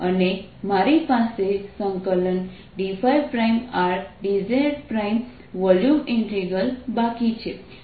અને મારી પાસે dϕRdz વોલ્યુમ ઇન્ટિગ્રલ બાકી છે